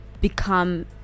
become